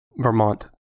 Vermont